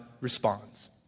responds